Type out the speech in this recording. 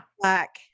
black